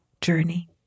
journey